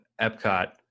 Epcot